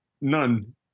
none